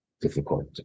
difficult